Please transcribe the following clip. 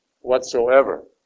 whatsoever